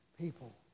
people